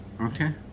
okay